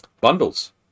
bundles